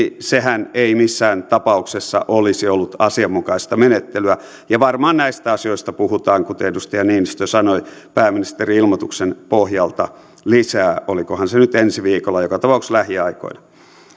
sehän ei missään tapauksessa olisi ollut asianmukaista menettelyä varmaan näistä asioista puhutaan kuten edustaja niinistö sanoi pääministerin ilmoituksen pohjalta lisää olikohan se nyt ensi viikolla joka tapauksessa lähiaikoina